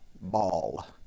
ball